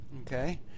Okay